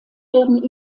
werden